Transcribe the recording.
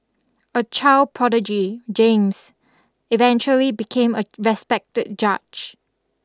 a child prodigy James eventually became a respected judge